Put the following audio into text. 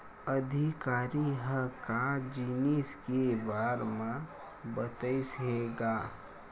अधिकारी ह का जिनिस के बार म बतईस हे गा?